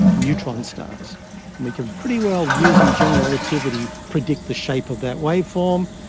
neutron stars, and we can pretty well, using general relativity, predicted the shape of that waveform.